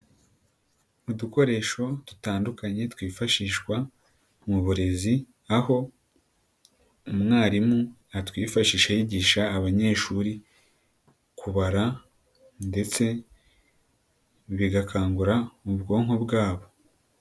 Udukoresho dutandukanye twifashishwa mu burezi, aho umwarimu atwifashisha yigisha abanyeshuri kubara ndetse bigakangura mu bwonko bwabo.